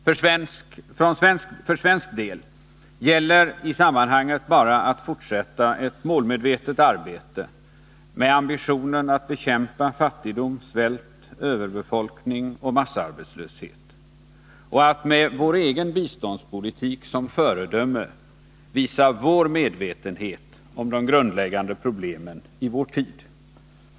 För svensk del gäller i det sammanhanget bara att fortsätta ett målmedvetet arbete med ambitionen att bekämpa fattigdom, svält, överbefolkning och massarbetslöshet och att med vår egen biståndspolitik som föredöme visa vår medvetenhet om de grundläggande problemen i vår tid.